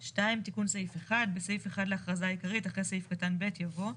תיקון סעיף 1 בסעיף 1 להכרזה העיקרית אחרי סעיף קטן ב' יבוא: